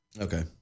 okay